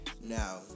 Now